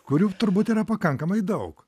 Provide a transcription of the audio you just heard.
kurių turbūt yra pakankamai daug